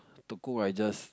Tekong I just